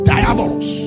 Diabolos